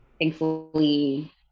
thankfully